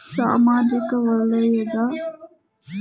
ಸಾಮಾಜಿಕ ವಲಯದ ಫಲಾನುಭವಿಗಳ ಆಯ್ಕೆಗೆ ಇರುವ ಮಾನದಂಡಗಳೇನು?